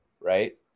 right